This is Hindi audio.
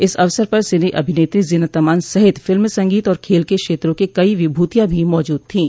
इस अवसर पर सिने अभिनेत्री जीनत अमान सहित फिल्म संगीत और खेल के क्षेत्रों के कई विभूतिया भी मौजूद थीं